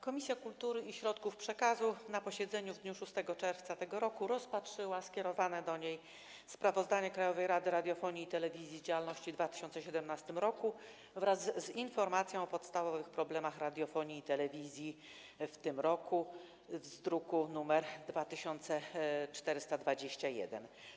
Komisja Kultury i Środków Przekazu na posiedzeniu w dniu 6 czerwca tego roku rozpatrzyła skierowane do niej sprawozdanie Krajowej Rady Radiofonii i Telewizji z działalności w 2017 r. wraz z informacją o podstawowych problemach radiofonii i telewizji w tym roku, druk nr 2421.